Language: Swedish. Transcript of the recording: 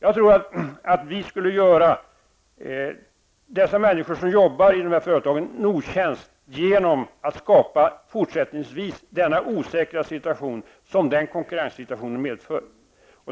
Jag tror att vi skulle göra de människor som jobbar i dessa företag en otjänst genom att fortsätta att skapa denna osäkra situation som den konkurrensen medför.